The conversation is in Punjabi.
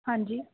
ਹਾਂਜੀ